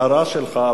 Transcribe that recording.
ההערה שלך,